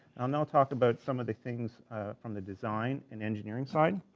i'll now talk about some of the things from the design, and engineering side.